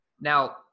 Now